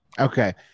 Okay